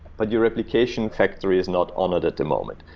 but your replication factor is not honored at the moment.